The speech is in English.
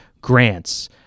grants